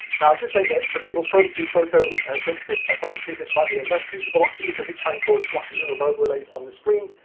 now, i should say that for people prone to photosensitive epilepsy this might be a less suitable option, because it can cause flashing of overlays on the screen.